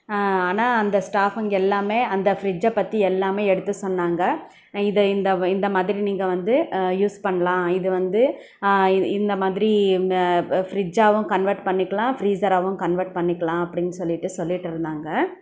ஆனால் அந்த ஸ்டாஃப்புங்க எல்லாம் அந்த ஃபிரிட்ஜ்ஜை பற்றி எல்லாமே எடுத்து சொன்னாங்க இதை இந்த இந்த மாதிரி நீங்கள் வந்து யூஸ் பண்ணலாம் இது வந்து இந்த மாதிரி ஃபிரிட்ஜ்ஜாகவும் கன்வர்ட் பண்ணிக்கலாம் ஃப்ரீசராகவும் கன்வர்ட் பண்ணிக்கலாம் அப்படின்னு சொல்லிட்டு சொல்லிகிட்டுருந்தாங்க